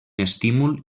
estímul